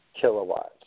kilowatts